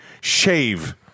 shave